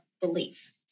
belief